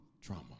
trauma